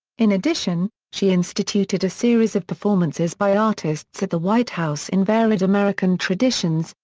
in addition, she instituted a series of performances by artists at the white house in varied american traditions,